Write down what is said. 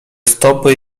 stopy